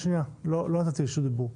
לא נתתי רשות דיבור.